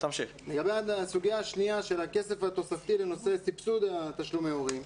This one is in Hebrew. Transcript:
לגבי ‏הסוגיה השנייה של הכסף התוספתי לנושא סבסוד ‏תשלומי הורים,